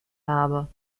habe